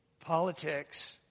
politics